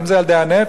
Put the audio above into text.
אם זה על-ידי הנפט,